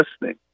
listening